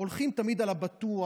הולכים תמיד על הבטוח,